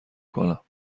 کنم